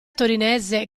torinese